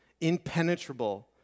impenetrable